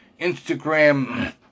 Instagram